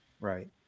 Right